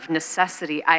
necessity